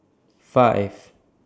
five